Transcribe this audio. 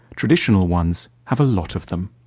traditional ones have a lot of them.